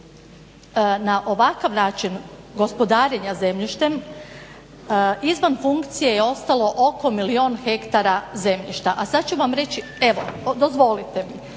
na ovakav način gospodarenja zemljištem izvan funkcije je ostalo oko milijun hektara zemljišta, a sad ću vam reći evo dozvolite mi,